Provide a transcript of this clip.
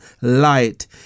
light